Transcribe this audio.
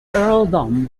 earldom